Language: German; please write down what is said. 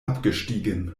abgestiegen